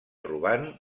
robant